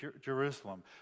Jerusalem